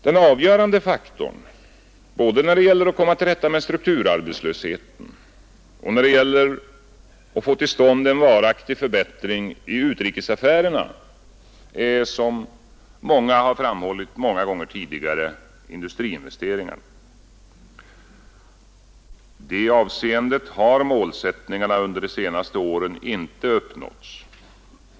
Den avgörande faktorn både för att komma till rätta med strukturarbetslösheten och för att få till stånd en varaktig förbättring i utrikesaffärerna är, som har framhållits många gånger tidigare, industriinvesteringarna. Och i det avseendet har målsättningarna under de senaste åren inte uppnåtts.